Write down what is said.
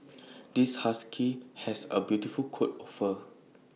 this husky has A beautiful coat of fur